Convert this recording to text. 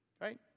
Right